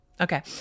okay